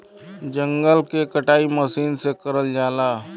जंगल के कटाई मसीन से करल जाला